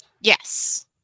Yes